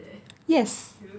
yes